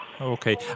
Okay